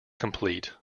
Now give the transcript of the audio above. complete